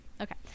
Okay